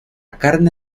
carne